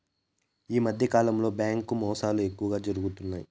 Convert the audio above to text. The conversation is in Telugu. ఈ మధ్యకాలంలో బ్యాంకు మోసాలు ఎక్కువగా జరుగుతున్నాయి